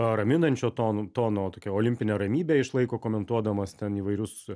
raminančio ton tono tokia olimpinę ramybę išlaiko komentuodamas ten įvairius